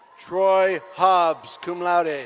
troy hobbs, cum laude. and